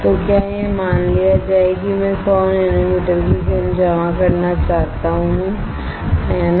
तो क्या यह मान लिया जाए कि मैं 100 नैनोमीटर की फिल्म जमा करना चाहता हूं है ना